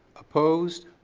opposed.